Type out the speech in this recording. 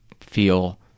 feel